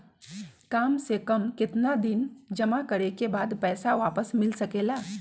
काम से कम केतना दिन जमा करें बे बाद पैसा वापस मिल सकेला?